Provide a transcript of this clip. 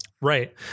Right